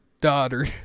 daughter